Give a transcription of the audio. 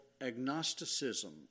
agnosticism